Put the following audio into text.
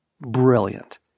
Brilliant